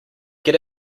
good